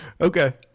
okay